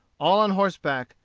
all on horseback,